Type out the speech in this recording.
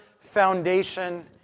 foundation